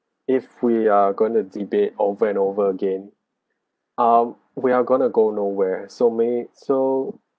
if we are going to debate over and over again um we are going to go nowhere so maybe so